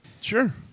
Sure